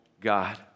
God